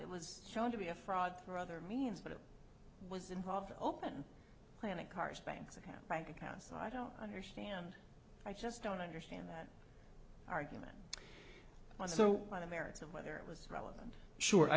it was shown to be a fraud through other means but it was involved open planet cars banks that have bank accounts so i don't understand i just don't understand that argument so by the merits of whether it was relevant sure i